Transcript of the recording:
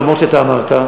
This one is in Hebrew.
למרות שאתה אמרת.